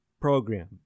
program